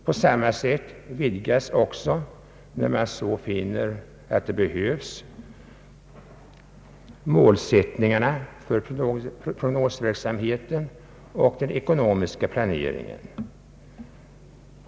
På samma sätt vidgas också, när så befinns erforderligt, målsättningarna för prognosverksamheten och den ekonomiska planeringen.